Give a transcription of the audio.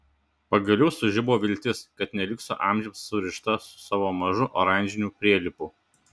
pagaliau sužibo viltis kad neliksiu amžiams surišta su savo mažu oranžiniu prielipu